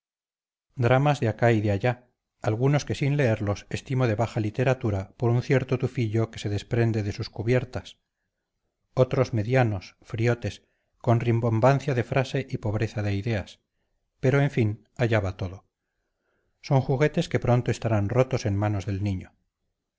dramas de acá y de allá algunos que sin leerlos estimo de baja literatura por un cierto tufillo que se desprende de sus cubiertas otros medianos friotes con rimbombancia de frase y pobreza de ideas pero en fin allá va todo son juguetes que pronto estarán rotos en manos del niño